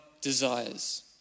desires